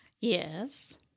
yes